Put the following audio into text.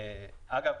אגב,